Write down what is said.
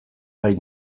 gai